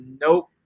Nope